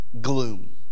gloom